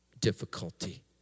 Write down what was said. difficulty